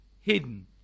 hidden